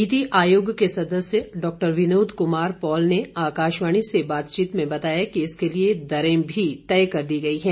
नीति आयोग के सदस्य डॉ विनोद कुमार पॉल ने आकाशवाणी से बातचीत में बताया कि इसके लिए दरें भी तय कर दी गई हैं